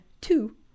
two